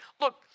look